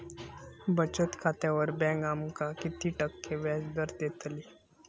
बचत खात्यार बँक आमका किती टक्के व्याजदर देतली?